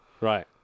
Right